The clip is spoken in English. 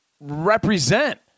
represent